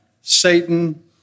Satan